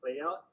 layout